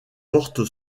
porte